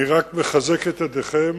אני רק מחזק את ידיכם